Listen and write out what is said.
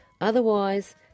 otherwise